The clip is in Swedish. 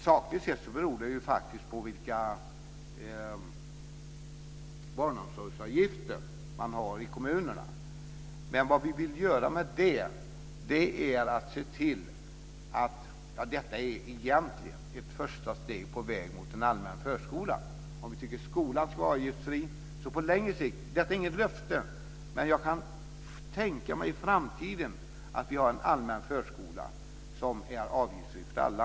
Sakligt sett beror det ju faktiskt på vilka barnomsorgsavgifter man har i kommunerna. Detta är egentligen ett första steg på väg mot en allmän förskola. Vi tycker att skolan ska vara avgiftsfri. Detta är inget löfte, men jag kan tänka mig att vi i framtiden har en allmän förskola som är avgiftsfri för alla.